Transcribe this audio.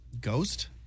Ghost